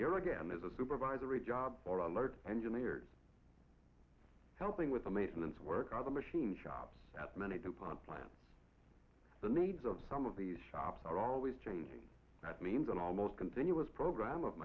here again is a supervisory job or alert engineers helping with the maintenance work of the machine shop that many dupont plant the needs of some of these shops are always changing that means an almost continuous program of